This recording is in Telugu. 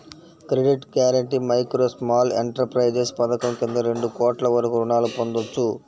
credit guarantee micro, small enterprises పథకం కింద రెండు కోట్ల వరకు రుణాలను పొందొచ్చు